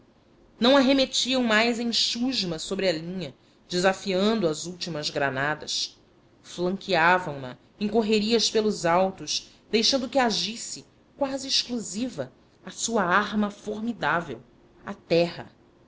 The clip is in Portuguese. não arremetiam mais em chusma sobre a linha desafiando as últimas granadas flanqueavam na em correrias pelos altos deixando que agisse quase exclusiva a sua arma formidável a terra